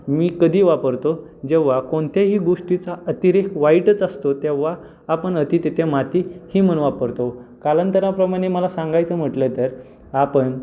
मी कधी वापरतो जेव्हा कोणत्याही गोष्टीचा अतिरेक वाईटच असतो तेव्हा आपण अति तिथे माती ही म्हण वापरतो कालांतराप्रमाने मला सांगायचं म्हटलं तर आपण